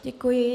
Děkuji.